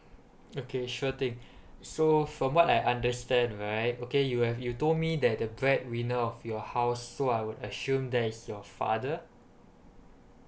okay sure thing so from what I understand right okay you have you told me that the breadwinner of your house so I would assume that is your father